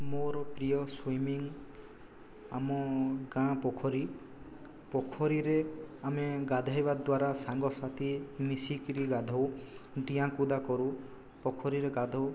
ମୋର ପ୍ରିୟ ସ୍ୱିମିଂ ଆମ ଗାଁ ପୋଖରୀ ପୋଖରୀରେ ଆମେ ଗାଧାଇବା ଦ୍ଵାରା ସାଙ୍ଗସାଥି ମିଶିକିରି ଗାଧଉ ଡିଆଁ କୁଦା କରୁ ପୋଖରୀରେ ଗାଧଉ